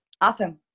Awesome